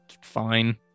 fine